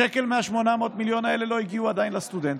שקל מה-800 מיליון האלה לא הגיע עדיין לסטודנטים.